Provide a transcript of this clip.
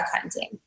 hunting